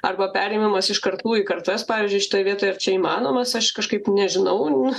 arba perėmimas iš kartų į kartas pavyzdžiui šitoj vietoj ar čia įmanomas aš kažkaip nežinau